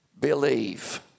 believe